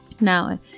Now